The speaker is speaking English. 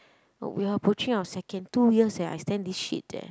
we are approaching our second two years eh I stand this shit eh